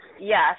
Yes